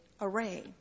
array